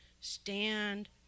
stand